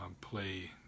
play